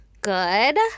Good